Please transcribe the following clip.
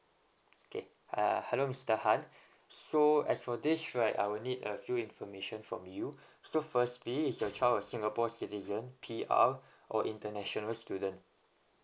okay uh hello mister han so as for this right I will need a few information from you so firstly is your child a singapore citizen P_R or international student